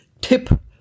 tip